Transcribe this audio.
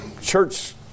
church